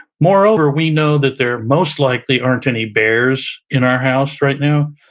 moreover, we know that there most likely aren't any bears in our house right now.